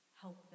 help